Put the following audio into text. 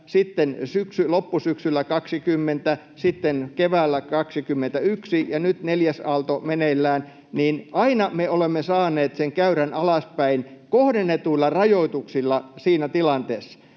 loppusyksyllä 2020, sitten keväällä 2021 ja nyt, kun neljäs aalto on meneillään, niin aina me olemme saaneet sen käyrän alaspäin kohdennetuilla rajoituksilla siinä tilanteessa.